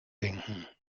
denken